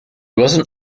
wasn’t